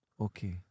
okay